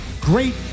great